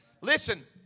Listen